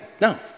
No